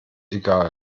egal